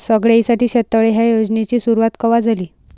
सगळ्याइसाठी शेततळे ह्या योजनेची सुरुवात कवा झाली?